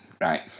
Right